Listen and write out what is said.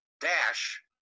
dash